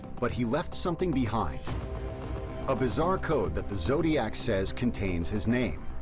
but he left something behind a bizarre code that the zodiac says contains his name.